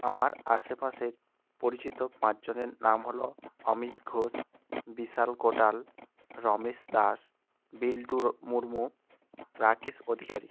আমার আশেপাশের পরিচিত পাঁচজনের নাম হলো অমিত ঘোষ বিশাল কোটাল রমেশ দাস বিল্টু মুরমু রাকেশ অধিকারী